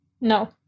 no